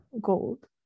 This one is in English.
gold